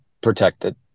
protected